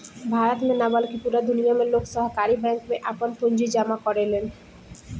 भारत में ना बल्कि पूरा दुनिया में लोग सहकारी बैंक में आपन पूंजी जामा करेलन